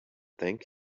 thank